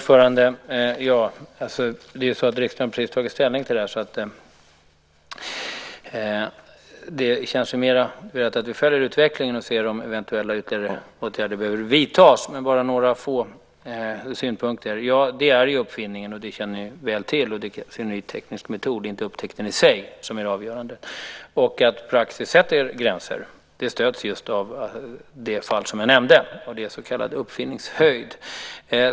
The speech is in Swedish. Fru talman! Riksdagen har precis tagit ställning till detta. Därför känns det mera behövligt att vi nu följer utvecklingen och ser om eventuella ytterligare åtgärder behöver vidtas. Låt mig dock ge några korta synpunkter. Ja, det är fråga om en uppfinning, och det känner vi väl till. Det är en teknisk metod, inte upptäckten i sig, som är det avgörande. Praxis sätter gränser, vilket stöds av just det fall som jag nämnde. Det handlar om så kallad uppfinningshöjd.